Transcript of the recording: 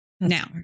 Now